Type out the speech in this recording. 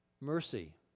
mercy